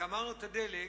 גמרנו את הדלק,